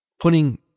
putting